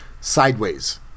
sideways